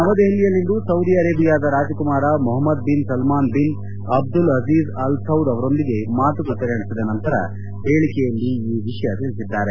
ನವದೆಹಲಿಯಲ್ಲಿಂದು ಸೌದಿ ಅರೆಬಿಯಾದ ರಾಜಕುಮಾರ Mohammed bin Salman bin Abdulaziz Al Saud ಅವರೊಂದಿಗೆ ಮಾತುಕತೆ ನಡೆಸಿದ ನಂತರ ಹೇಳಿಕೆಯಲ್ಲಿ ಈ ವಿಷಯ ತಿಳಿಸಿದ್ದಾರೆ